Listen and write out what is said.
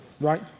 Right